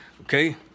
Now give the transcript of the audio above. Okay